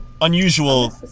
Unusual